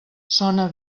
sona